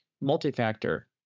Multi-factor